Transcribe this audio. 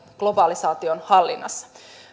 globalisaation hallinnassa